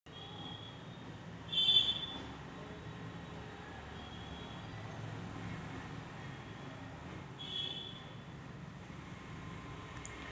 गाळाची माती काळी माती लाल माती लॅटराइट वालुकामय वालुकामय वाळवंट माती प्रकार